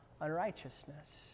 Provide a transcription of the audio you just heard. unrighteousness